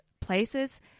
places